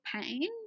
pain